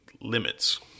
limits